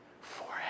forever